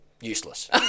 useless